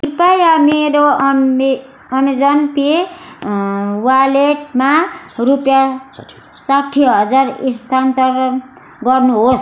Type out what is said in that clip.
कृपया मेरो अम्मे अमाजन पे वालेटमा रुपियाँ साठ्ठी हजार स्थानान्तरण गर्नुहोस्